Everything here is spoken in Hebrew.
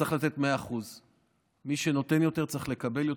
צריך לתת 100%. מי שנותן יותר צריך לקבל יותר,